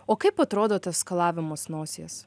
o kaip atrodo tas skalavimas nosies